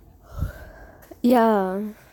ya